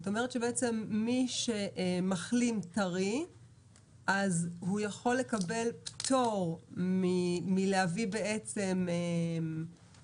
את אומרת שבעצם מי שמחלים טרי יכול לקבל פטור מלהביא אישור,